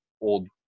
old